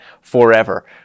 forever